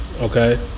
Okay